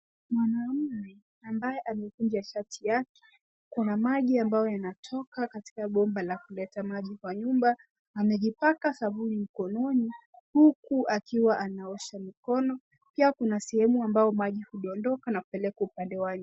Mwanaume ambaye amekunja shati yake . Kuna maji ambayo yanatoka katika bomba la kuleta maji kwa nyumba na anajipaka sabuni mkononi huku akiwa anaosha mikono. Pia kuna sehemu ambayo maji hudondoka na kupelekwa upande wa nje.